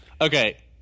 Okay